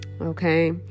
okay